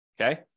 Okay